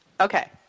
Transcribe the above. Okay